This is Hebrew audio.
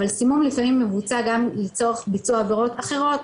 אבל סימום לפעמים מבוצע גם לצורך ביצוע עבירות אחרות,